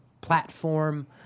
platform